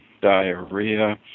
diarrhea